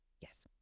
yes